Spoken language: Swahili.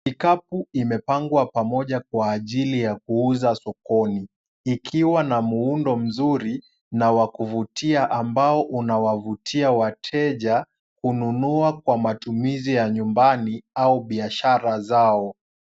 Vikapu vimepangwa pamoja kwa ajili ya kuuza sokoni, vikiwa na muundo mzuri na wakuvutia, ambao unawavutia wateja kununua kwa matumizi ya nyumbani au biashara zao.